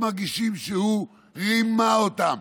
הם מרגישים שהוא רימה אותם,